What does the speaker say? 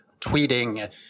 tweeting